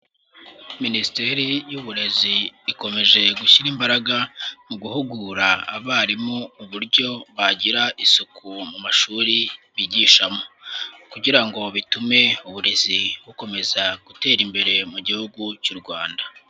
Minisiteri y'Uburezi ikomeje gushyira imbaraga mu guhugura abarimu uburyo bagira isuku mu mashuri bigishamo kugira ngo bitume uburezi bukomeza gutera imbere mu gihugu cy'u Rwanda.